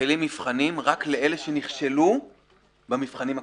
מתחילים מבחנים רק לאלה שנכשלו במבחנים הקודמים.